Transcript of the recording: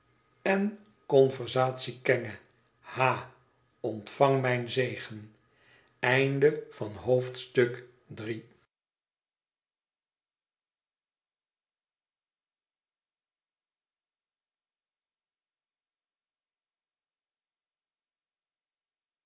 en oonversatie kenge ha ontvang mijn zegen